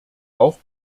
auch